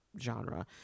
genre